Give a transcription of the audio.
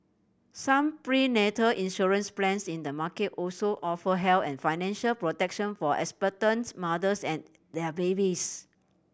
some prenatal insurance plans in the market also offer health and financial protection for expectant mothers and their babies